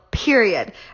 period